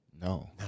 No